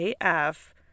AF